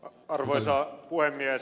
arvoisa puhemies